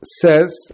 says